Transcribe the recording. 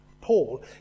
Paul